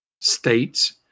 states